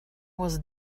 was